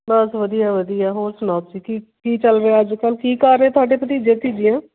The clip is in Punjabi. ਬਸ ਵਧੀਆ ਵਧੀਆ ਹੋਰ ਸੁਣਾਓ ਤੁਸੀਂ ਕੀ ਕੀ ਚੱਲ ਰਿਹਾ ਅੱਜ ਕੱਲ੍ਹ ਕੀ ਕਰ ਰਹੇ ਤੁਹਾਡੇ ਭਤੀਜੇ ਭਤੀਜੀਆਂ